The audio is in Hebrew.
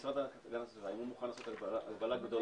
הם שותפו לאורך כל התהליך ואפילו הטמענו